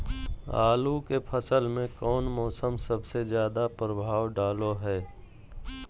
आलू के फसल में कौन मौसम सबसे ज्यादा प्रभाव डालो हय?